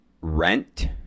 Rent